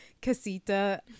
casita